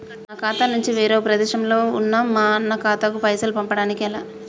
నా ఖాతా నుంచి వేరొక ప్రదేశంలో ఉన్న మా అన్న ఖాతాకు పైసలు పంపడానికి ఎలా?